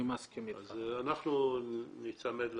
אז אנחנו ניצמד לחוק.